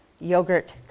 yogurt